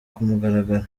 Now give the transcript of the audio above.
kumugaragaro